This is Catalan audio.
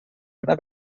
una